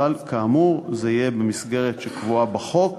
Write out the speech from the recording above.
אבל כאמור, זה יהיה במסגרת שקבועה בחוק,